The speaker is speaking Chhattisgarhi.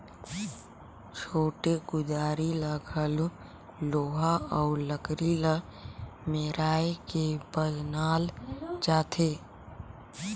छोटे कुदारी ल घलो लोहा अउ लकरी ल मेराए के बनाल जाथे